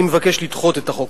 אני מבקש לדחות את החוק.